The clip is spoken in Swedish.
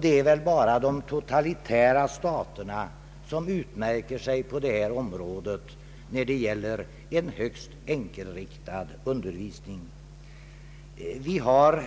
Det är väl bara de totalitära staterna som utmärker sig på detta område, när det gäller en högst enkelriktad undervisning. Vi har